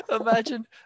imagine